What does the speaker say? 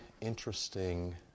interesting